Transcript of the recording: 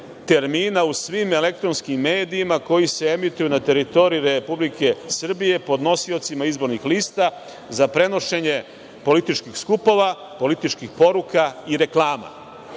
termina u svim elektronskim medijima koji se emituju na teritoriji Republike Srbije podnosiocima izbornih lista za prenošenje političkih skupova, političkih poruka i reklama“.